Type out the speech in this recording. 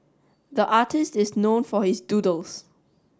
the artist is known for his doodles